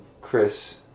Chris